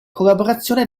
collaborazione